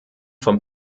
vom